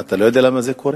מה, אתה לא יודע למה זה קורה?